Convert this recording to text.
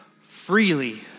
freely